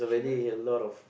true